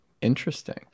Interesting